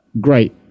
Great